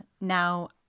now